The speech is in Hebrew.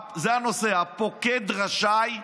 זה הנושא, אומר: "פוקד רשאי",